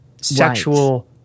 sexual